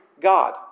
God